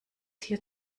hier